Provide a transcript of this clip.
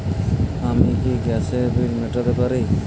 আমি কি গ্যাসের বিল মেটাতে পারি?